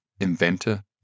inventor